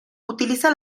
utiliza